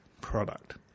product